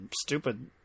stupid